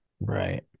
Right